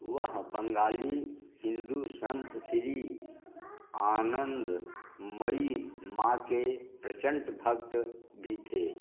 वह बंगाली हिंदू संत श्री आनंदमयी माँ के प्रचंड भक्त भी थे